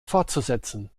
fortzusetzen